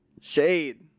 Shade